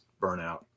burnout